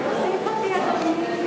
וחובת שימוש במונח מעסיק (תיקוני חקיקה),